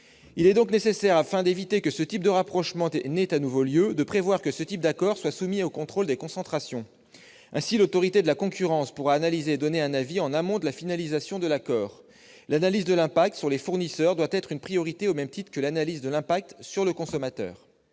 n'est épargné. Afin d'éviter que ce type de rapprochement n'ait à nouveau lieu, il est nécessaire de prévoir que ce type d'accords soit soumis au contrôle des concentrations. Ainsi, l'Autorité de la concurrence pourra analyser et donner un avis en amont de la finalisation de l'accord : l'analyse de l'impact sur les fournisseurs doit être une priorité au même titre que l'analyse de l'impact sur le consommateur.